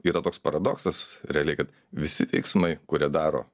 yra toks paradoksas realiai kad visi veiksmai kurie daro